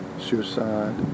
suicide